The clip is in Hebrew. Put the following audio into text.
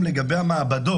בתאום כמובן עם הרשות.